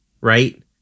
right